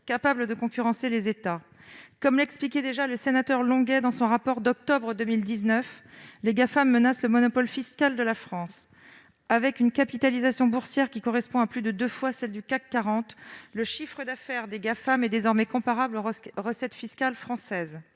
capables de concurrencer les États. Comme l'expliquait déjà notre collègue Gérard Longuet dans son rapport d'octobre 2019, les Gafam menacent le monopole fiscal de la France. Avec une capitalisation boursière qui correspond à plus de deux fois celle du CAC 40, le chiffre d'affaires des Gafam est désormais comparable aux recettes fiscales françaises.